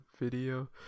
video